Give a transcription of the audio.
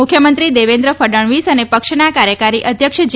મુખ્યમંત્રી દેવેન્દ્ર ફડણવીસ અને પક્ષના કાર્યકારી અધ્યક્ષ જે